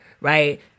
right